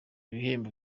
ibihembo